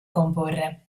comporre